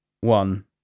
one